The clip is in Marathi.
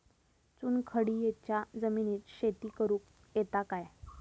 चुनखडीयेच्या जमिनीत शेती करुक येता काय?